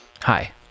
Hi